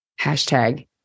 Hashtag